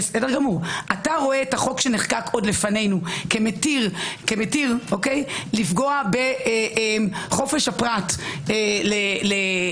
אתה רואה את החוק שנחקק לפנינו כמתיר לפגוע בחופש הפרט לאוטונומיה,